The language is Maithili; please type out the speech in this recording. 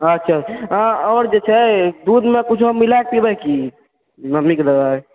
अच्छा और छै दूध मे किछो मिलाकए पिबै की मम्मी के देबै